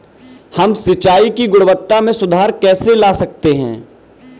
हम सिंचाई की गुणवत्ता में सुधार कैसे ला सकते हैं?